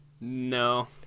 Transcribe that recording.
No